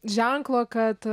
ženklo kad